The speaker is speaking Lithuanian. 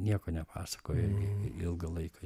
nieko nepasakojo ilgą laiką